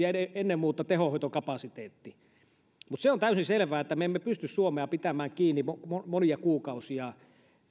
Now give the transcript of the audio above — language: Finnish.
ja ennen muuta tehohoitokapasiteettimme se on täysin selvää että me emme pysty suomea pitämään kiinni monia kuukausia